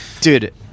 dude